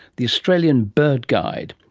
the australian bird guide.